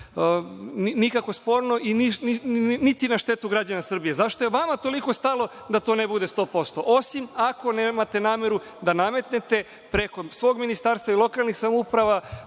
nikako sporno i niti na štetu građana Srbije. Zašto je vama toliko stalo da to ne bude sto posto, osim ako nemate nameru da nametnete preko svog ministarstva i lokalnih samouprava